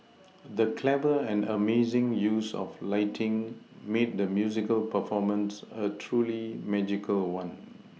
the clever and amazing use of lighting made the musical performance a truly magical one